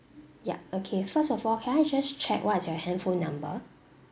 ya okay first of all can I just check what is your handphone number